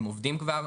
הם עובדים כבר.